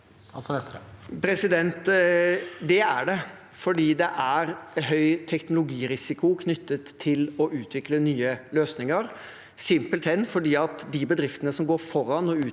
er det, for det er høy teknologirisiko knyttet til å utvikle nye løsninger, simpelthen fordi de bedriftene som går foran